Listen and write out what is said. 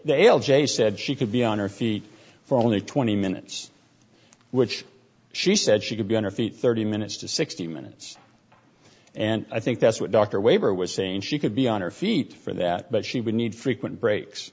day l j said she could be on her feet for only twenty minutes which she said she could be on her feet thirty minutes to sixty minutes and i think that's what dr waiver was saying she could be on her feet for that but she would need frequent breaks